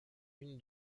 une